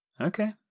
Okay